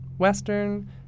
Western